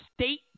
state